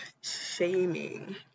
shaming